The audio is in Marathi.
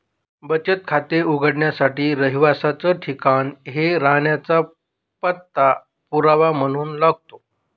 बचत खाते उघडण्यासाठी रहिवासाच ठिकाण हे राहण्याचा पत्ता पुरावा म्हणून लागतो